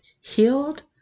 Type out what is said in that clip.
healed